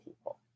people